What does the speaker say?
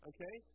Okay